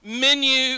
menu